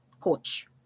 coach